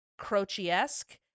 crochiesque